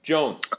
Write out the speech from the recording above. Jones